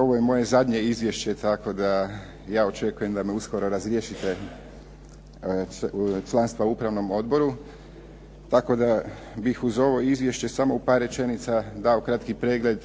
ovo je moje zadnje izvješće tako da ja očekujemo da me uskoro razriješite članstva u upravnom odboru, tako da bih uz ovo izvješće samo u par rečenica dao kratki pregled